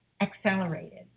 accelerated